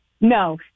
No